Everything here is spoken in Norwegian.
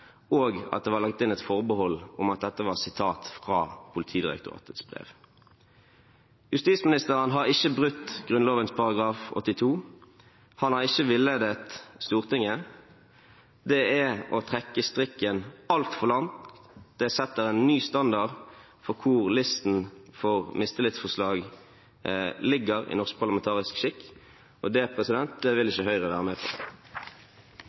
og at det var lagt inn et forbehold om at dette var sitat fra Politidirektoratets brev. Justisministeren har ikke brutt Grunnloven § 82. Han har ikke villedet Stortinget. Det er å trekke strikken altfor langt. Det setter en ny standard for hvor listen for mistillitsforslag ligger i norsk parlamentarisk skikk, og det vil ikke Høyre være med på.